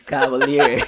Cavalier